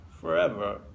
forever